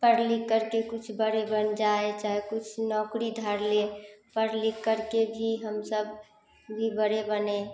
पढ लिख करके कुछ बड़े बन जाएँ चाहे कुछ नौकरी धर लें पढ़ लिख करके भी हम सब भी बड़े बनें